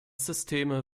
systeme